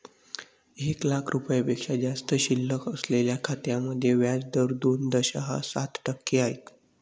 एक लाख रुपयांपेक्षा जास्त शिल्लक असलेल्या खात्यांमध्ये व्याज दर दोन दशांश सात टक्के आहे